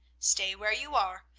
stay where you are,